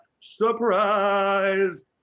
surprise